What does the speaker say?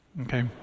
okay